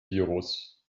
virus